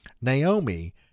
Naomi